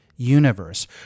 Universe